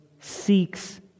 seeks